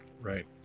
right